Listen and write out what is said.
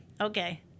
Okay